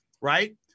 Right